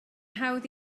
hawdd